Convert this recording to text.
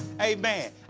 Amen